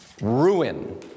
ruin